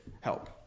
help